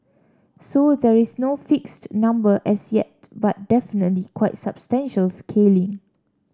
so there is no fixed number as yet but definitely quite substantial scaling